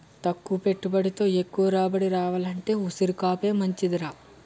తక్కువ పెట్టుబడితో ఎక్కువ దిగుబడి రావాలంటే ఉసిరికాపే మంచిదిరా